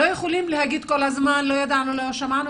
לא יכולים להגיד כל הזמן: לא ידענו ולא שמענו,